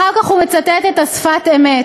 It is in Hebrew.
אחר כך הוא מצטט את ה'שפת אמת'.